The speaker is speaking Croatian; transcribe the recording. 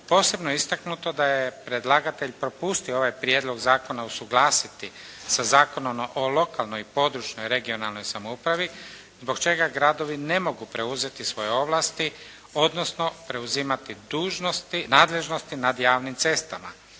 posebno je istaknuto da je predlagatelj propustio ovaj prijedlog zakona usuglasiti sa zakonom o lokalnoj i područnoj (regionalnoj) samoupravi, zbog čega gradovi ne mogu preuzeti svoje ovlasti, odnosno preuzimati dužnosti, nadležnosti nad javnim cestama